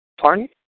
Pardon